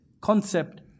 concept